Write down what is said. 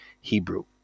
Hebrew